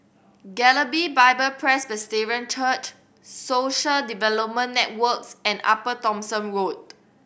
Galilee Bible Presbyterian Church Social Development Networks and Upper Thomson Road